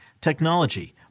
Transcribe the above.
technology